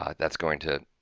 ah that's going to